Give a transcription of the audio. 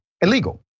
Illegal